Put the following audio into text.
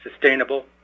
sustainable